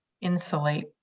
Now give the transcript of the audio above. insulate